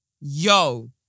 Yo